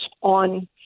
on